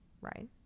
right